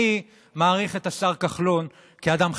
אני מעריך את השר כחלון כאדם חברתי,